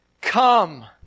come